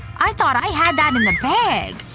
i thought i had that in the bag.